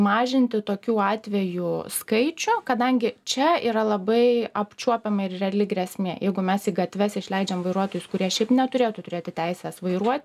mažinti tokių atvejų skaičių kadangi čia yra labai apčiuopiama ir reali grėsmė jeigu mes į gatves išleidžiam vairuotojus kurie šiaip neturėtų turėti teisės vairuot